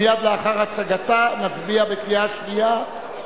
מייד לאחר הצגתה נצביע בקריאה